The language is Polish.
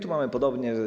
Tu mamy podobnie.